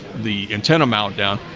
the antenna mount down,